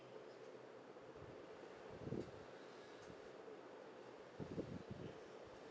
mm